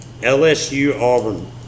LSU-Auburn